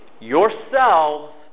yourselves